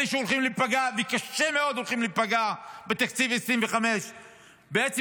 אלה שהולכים להיפגע קשה מאוד בתקציב 2025. בעצם,